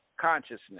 consciousness